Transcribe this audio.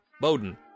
Bowden